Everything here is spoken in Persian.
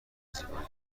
زیبایی